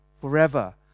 forever